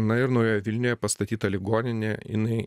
na ir naujoje vilnioje pastatyta ligoninė jinai